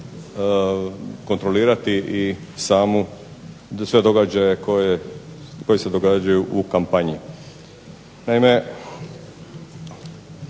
kontrolirati i samu, sve događaje koji se događaju u kampanji. Naime,